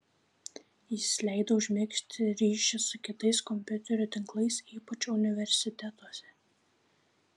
jis leido užmegzti ryšį su kitais kompiuterių tinklais ypač universitetuose